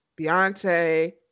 Beyonce